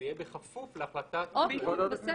זה יהיה בכפוף להחלטת ועדת הכנסת.